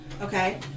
Okay